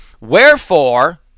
Wherefore